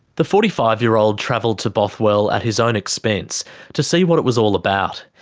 the forty five year old travelled to bothwell at his own expense to see what it was all about.